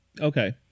Okay